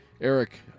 Eric